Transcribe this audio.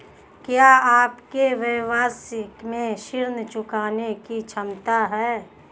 क्या आपके व्यवसाय में ऋण चुकाने की क्षमता है?